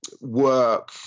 work